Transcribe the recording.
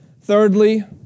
Thirdly